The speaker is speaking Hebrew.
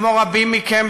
כמו רבים מכם,